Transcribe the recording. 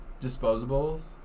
disposables